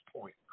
point